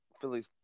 Phillies